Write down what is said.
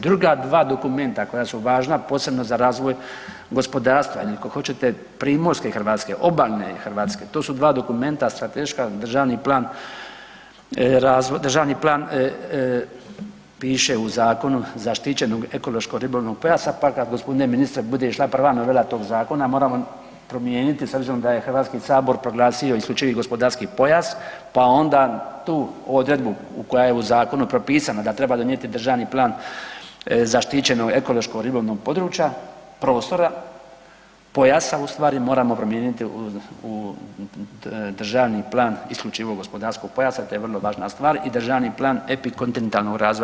Druga dva dokumenta koja su važna, posebno za razvoj gospodarstva ili ako hoćete primorske Hrvatske, obalne Hrvatske to su dva dokumenta strateška, državni plan piše u Zakonu zaštićenog ekološkog ribolovnog pojasa, pa kad g. ministre bude išla prva novela tog zakona moramo promijeniti s obzirom da je HS proglasio isključivi gospodarski pojas, pa onda tu odredbu koja je u zakonu propisana da treba donijeti državni plan zaštićenog ekološko ribolovnog područja, prostora, pojasa ustvari moramo promijeniti u državni plan isključivog gospodarskog pojasa, to je vrlo važna stvar i državni plan epikontinentalnog razvoja.